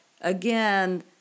again